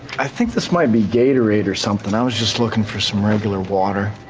i think this might be gatorade or something, i was just looking for some regular water.